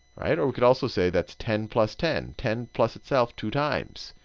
or we could also say that's ten plus ten. ten plus itself two times.